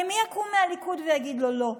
הרי מי יקום מהליכוד ויגיד לו: לא,